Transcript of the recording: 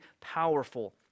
powerful